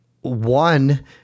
one –